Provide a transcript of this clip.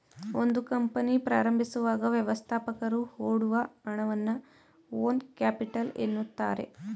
ಒಂದು ಕಂಪನಿ ಪ್ರಾರಂಭಿಸುವಾಗ ವ್ಯವಸ್ಥಾಪಕರು ಹೊಡುವ ಹಣವನ್ನ ಓನ್ ಕ್ಯಾಪಿಟಲ್ ಎನ್ನುತ್ತಾರೆ